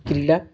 ପିଲା